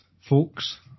folks